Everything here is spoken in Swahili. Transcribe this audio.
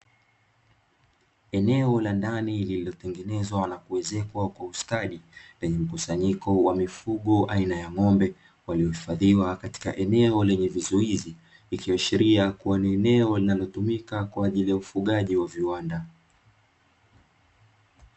Eneo la ndani lililotengenezwa na kuezekwa kwa ustadi, lenye mkusanyiko wa mifugo aina ya ng'ombe. Waliohifadhiwa katika eneo lenye vizuizi, likiashikiria kuwa na eneo linalotumika kwa ufugaji wa viwanda.